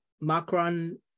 Macron